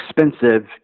expensive